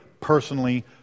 personally